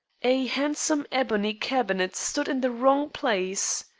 a handsome ebony cabinet stood in the wrong place.